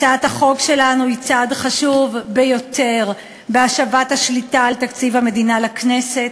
הצעת החוק שלנו היא צעד חשוב ביותר בהשבת השליטה על תקציב המדינה לכנסת,